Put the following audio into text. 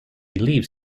leaves